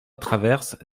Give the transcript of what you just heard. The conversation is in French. traverses